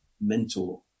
mentor